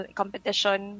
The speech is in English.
competition